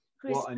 Chris